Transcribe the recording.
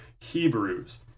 Hebrews